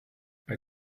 bei